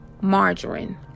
margarine